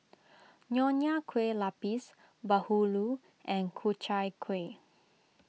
Nonya Kueh Lapis Bahulu and Ku Chai Kueh